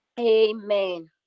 Amen